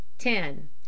ten